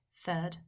Third